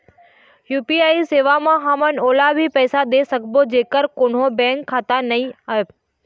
UPI सेवा म हमन ओला भी पैसा दे सकबो जेकर कोन्हो बैंक खाता नई ऐप?